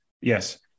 yes